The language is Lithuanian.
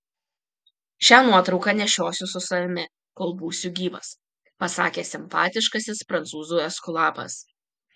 šią nuotrauką nešiosiu su savimi kol būsiu gyvas pasakė simpatiškasis prancūzų eskulapas